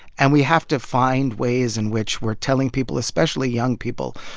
and we have to find ways in which we're telling people, especially young people,